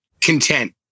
content